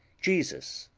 jesus,